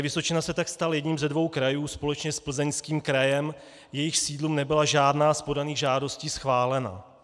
Vysočina se tak stal jedním ze dvou krajů společně s Plzeňským krajem, jejichž sídlům nebyla žádná z podaných žádostí schválena.